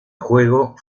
juego